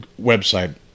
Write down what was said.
website